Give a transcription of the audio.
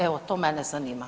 Evo, to mene zanima.